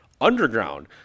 Underground